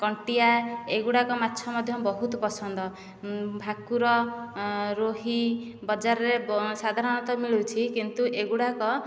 କଣ୍ଟିଆ ଏହି ଗୁଡ଼ିକ ମାଛ ମଧ୍ୟ ବହୁତ ପସନ୍ଦ ଭାକୁର ରୋହି ବଜାରରେ ସାଧାରଣତଃ ମିଳୁଛି କିନ୍ତୁ ଏହି ଗୁଡ଼ିକ